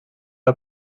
pas